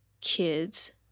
kids